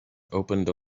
opened